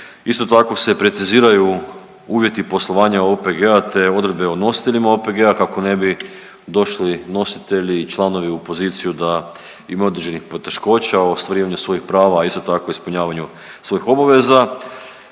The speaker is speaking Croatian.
Isto tako se preciziraju uvjeti poslovanja OPG-a te odredbe o nositeljima OPG-a kako ne bi došli nositelji i članovi u poziciju da imaju određenih poteškoća u ostvarivanju svojih prava, a isto tako ispunjavanju svojih obaveza.